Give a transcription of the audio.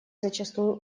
зачастую